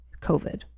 COVID